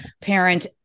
parent